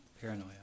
Paranoia